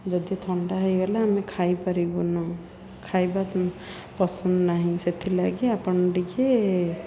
ଯଦି ଥଣ୍ଡା ହେଇଗଲା ଆମେ ଖାଇପାରିବୁନୁ ଖାଇବା ପସନ୍ଦ ନାହିଁ ସେଥିଲାଗି ଆପଣ ଟିକେ